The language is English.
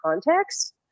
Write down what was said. context